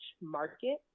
market